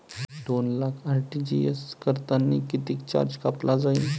दोन लाख आर.टी.जी.एस करतांनी कितीक चार्ज कापला जाईन?